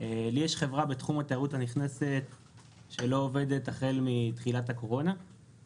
יש לי חברה בתחום התיירות הנכנסת שלא עובדת החל מתחילת הקורונה,